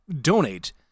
donate